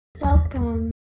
Welcome